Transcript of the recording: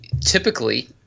typically